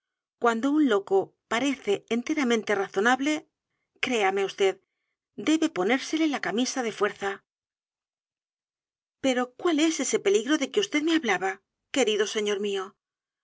cuando un loco parece enteramente razonable créame vd debe ponérsele la camisa de fuerza pero cuál es ese peligro de que vd me hablaba querido señor mío